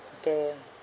okay